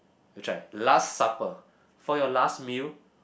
good try last supper for your last meal